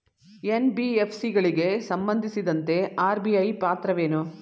NBFC ಗಳಿಗೆ ಸಂಬಂಧಿಸಿದಂತೆ RBI ಪಾತ್ರವೇನು?